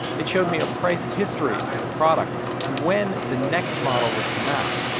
it showed me a price history for the product and when the next model would come out.